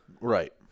Right